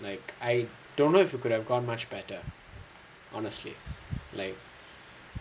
like I don't know if it could have gone much better honestly like